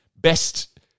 best